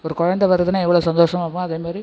ஒரு கொழந்தை வருதுனால் எவ்வளவு சந்தோஷம் வருமோ அதே மாதிரி